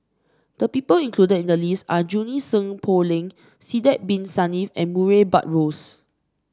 the people included in the list are Junie Sng Poh Leng Sidek Bin Saniff and Murray Buttrose